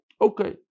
Okay